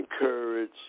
encourage